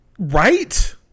Right